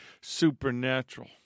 supernatural